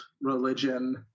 religion